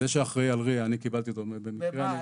אני קיבלתי אותו במקרה במאי.